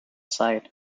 side